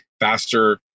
faster